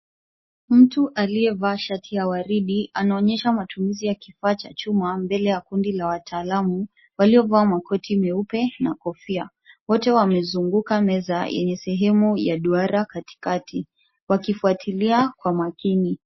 Mtu aliyevaa shati ya waridi, anaonyesha matumizi ya kifaa cha chuma, mbele ya kundi la wataalamu waliovaa makoti meupe na kofia. Wote wamezunguka meza yenye sehemu ya duara katikati wakifuatilia kwa makini.